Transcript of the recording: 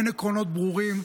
אין עקרונות ברורים,